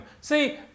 See